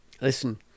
Listen